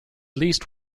least